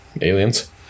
aliens